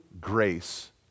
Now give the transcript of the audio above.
grace